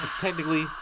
Technically